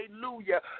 hallelujah